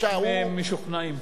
הם משוכנעים.